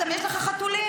יש לך חתולים,